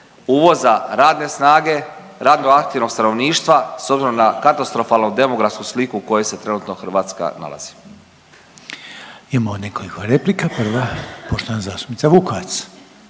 uvoza radne snage, radno aktivnog stanovništva s obzirom na katastrofalnu demografsku sliku u kojoj se trenutno Hrvatska nalazi. **Reiner, Željko (HDZ)** Imamo nekoliko replika. Prva poštovana zastupnica Vukovac.